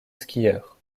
skieurs